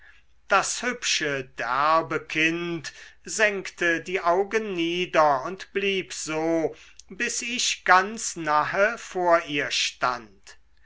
das hübsche derbe kind senkte die augen nieder und blieb so bis ich ganz nahe vor ihr stand